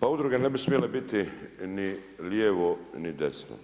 Pa udruge ne bi smjele biti ni lijevo ni desno,